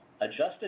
Adjusted